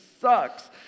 sucks